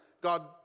God